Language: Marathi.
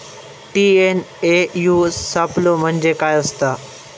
टी.एन.ए.यू सापलो म्हणजे काय असतां?